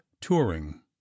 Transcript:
touring